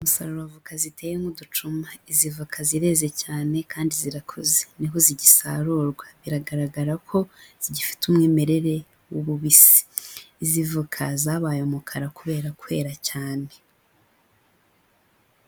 Umusaruro wa voka ziteye nk'uducuma, izi voka zireze cyane kandi zirakuze niho zigisarurwa, biragaragara ko zigifite umwimerere w'ububisi, izi voka zabaye umukara kubera kwera cyane.